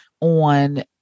on